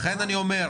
לכן אני אומר,